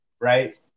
right